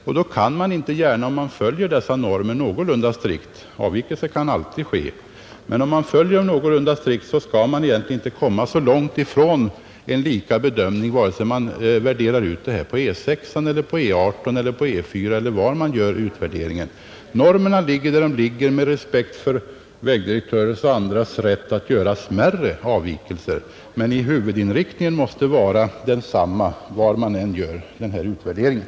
Om man följer dessa normer någorlunda strikt — avvikelser kan alltid ske — skall man egentligen inte komma så långt ifrån en lika bedömning, vare sig man gör utvärderingen på E 6, E 18, E 4 eller någon annanstans. Normerna ligger där de ligger — med respekt för vägdirektörers och andras rätt att göra smärre avvikelser. Men huvudinriktningen måste vara densamma var man än gör utvärderingen.